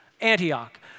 Antioch